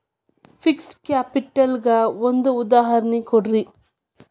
fixed capital ಕ್ಕ ಒಂದ್ ಉದಾಹರ್ಣಿ ಕೊಡ್ರಿ